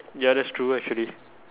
ya that's true actually